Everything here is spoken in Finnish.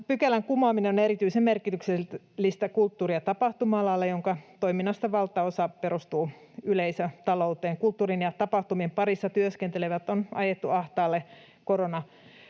pykälän kumoaminen on erityisen merkityksellistä kulttuuri- ja tapahtuma-alalle, jonka toiminnasta valtaosa perustuu yleisötalouteen. Kulttuurin ja tapahtumien parissa työskentelevät on ajettu ahtaalle